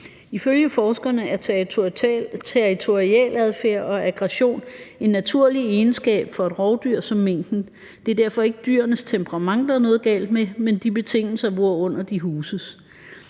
Ifølge forskerne er territorialadfærd og aggression en naturlig egenskab for et rovdyr som minken, og det er derfor ikke dyrenes temperament, der er noget galt med, men de betingelser, hvorunder de huses.